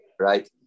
Right